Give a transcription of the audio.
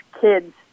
kids